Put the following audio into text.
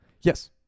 Yes